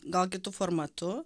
gal kitu formatu